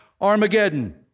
Armageddon